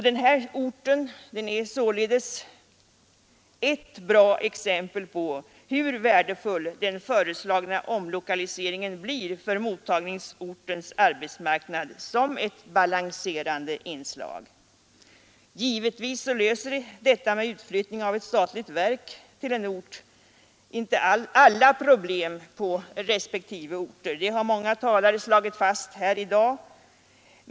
Den här orten är således ett bra exempel på hur värdefull den föreslagna omlokaliseringen blir för mottagningsortens arbetsmarknad som ett balanserande inslag. Givetvis löser detta med utflyttning av ett statligt verk inte alla problem på respektive orter — det har många talare slagit fast här i dag.